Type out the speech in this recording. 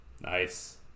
Nice